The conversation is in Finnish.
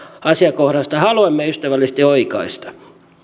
asiakohdasta haluamme ystävällisesti oikaista